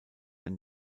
ein